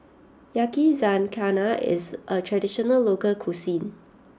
Yakizakana is a traditional local cuisine